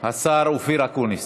השר אופיר אקוניס.